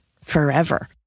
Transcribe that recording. forever